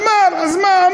אמר, אז מה?